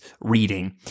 reading